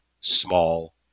small